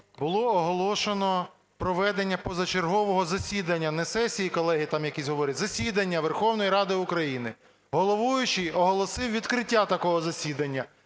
було оголошено проведення позачергового засідання, не сесії, колеги якісь там говорять, засідання Верховної Ради України. Головуючий оголосив відкриття такого засідання.